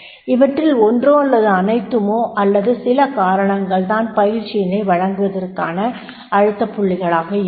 இவற்றில் ஒன்றோ அல்லது அனைத்துமோ அல்லது சில காரணங்ககள் தான் பயிற்சியினை வழங்குவதற்கான அழுத்தப் புள்ளிகளாக இருக்கும்